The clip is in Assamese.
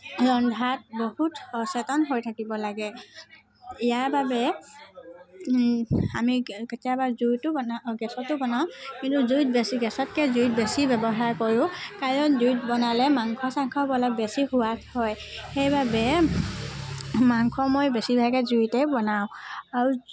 ৰন্ধাত বহুত সচেতন হৈ থাকিব লাগে ইয়াৰ বাবে আমি কেতিয়াবা জুইতো বনাওঁ গেছতো বনাওঁ কিন্তু জুইত বেছি গেছতকৈ জুইত বেছি ব্যৱহাৰ কৰোঁ কাৰণ জুইত বনালে মাংস চাংস অলপ বেছিও সোৱাদ হয় সেইবাবে মাংস মই বেছিভাগে জুইতে বনাওঁ আৰু